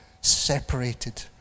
separated